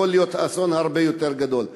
ויכול להיות אסון הרבה יותר גדול.